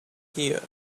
here